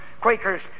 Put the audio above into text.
Quakers